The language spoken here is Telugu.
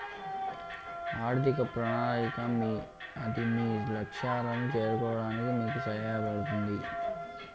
ఆర్థిక ప్రణాళిక అది మీ లక్ష్యాలను చేరుకోవడానికి మీకు సహాయపడుతుంది